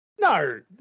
No